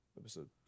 Episode